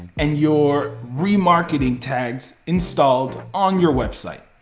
and your remarketing tags installed on your website.